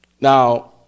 Now